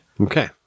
Okay